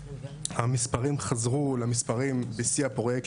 המספרים חזרו למספרים בשיא הפרויקט,